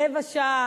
רבע שעה,